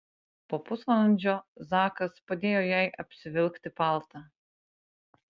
po pusvalandžio zakas padėjo jai apsivilkti paltą